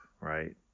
right